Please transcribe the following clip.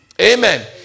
Amen